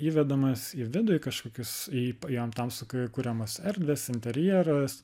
įvedamas į vidų į kažkokius į jam tam su k kuriamas erdvės interjeras